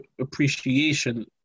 appreciation